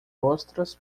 ostras